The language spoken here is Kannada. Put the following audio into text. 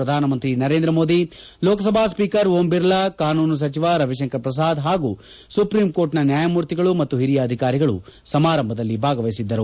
ಪ್ರಧಾನ ಮಂತ್ರಿ ನರೇಂದ್ರ ಮೋದಿ ಲೋಕಸಭಾ ಸ್ವೀಕರ್ ಓಂ ಬಿರ್ಲಾ ಕಾನೂನು ಸಚಿವ ರವಿಶಂಕರ್ ಪ್ರಸಾದ್ ಹಾಗೂ ಸುಪ್ರೀಂಕೋರ್ಟ್ನ ನ್ಗಾಯಮೂರ್ತಿಗಳು ಮತ್ತು ಹಿರಿಯ ಅಧಿಕಾರಿಗಳು ಸಮಾರಂಭದಲ್ಲಿ ಭಾಗವಹಿಸಿದ್ದರು